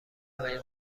های